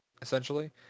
essentially